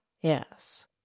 Yes